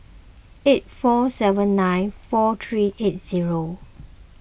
eight four seven nine four three eight zero